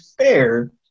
fair